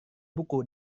buku